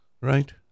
Right